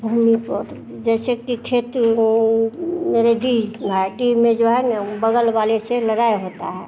पहले बहुत जैसे कि खेती हो नरेडी घाटी में जो है ना बगल वाले से लड़ाई होता है